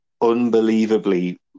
unbelievably